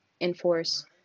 enforce